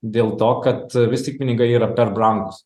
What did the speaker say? dėl to kad vis tik pinigai yra per brangūs